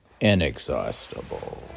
inexhaustible